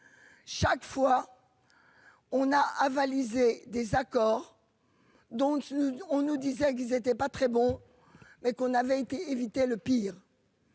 Chaque fois. On a avalisé désaccord. Donc on nous disait qu'il était pas très bon. Mais qu'on avait pu éviter le pire.--